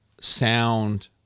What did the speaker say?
sound